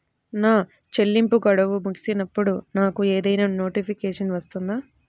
నా చెల్లింపు గడువు ముగిసినప్పుడు నాకు ఏదైనా నోటిఫికేషన్ వస్తుందా?